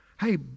Hey